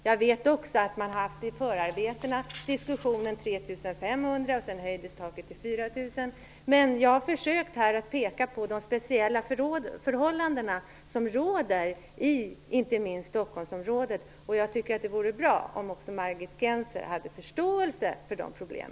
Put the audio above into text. Jag vet också att att det i förarbetena fördes en diskussion om en gräns på 3 500 kr, och sedan höjdes taket till Jag har försökt att här peka på de speciella förhålladen som råder i inte minst Stockholmsområdet. Det vore bra om också Margit Gennser hade förståelse för dessa problem.